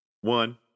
one